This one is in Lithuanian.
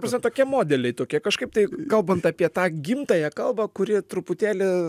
prasme tokie modeliai tokie kažkaip tai kalbant apie tą gimtąją kalbą kuri truputėlį